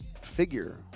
figure